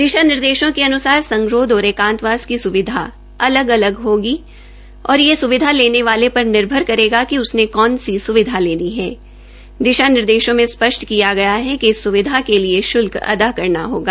दिशा निर्देशां के अन्सार संगरोध और एकांतवास की सुविधा अलग अलग होगी और ये स्विधा लेने वाले पर निर्भर करेगा कि उसने कौन सी स्विधा लेनी है दिशा निर्देशों में स्पष्ट किया गया है कि इस स्विधा के लिए शुल्क अदा करना होगा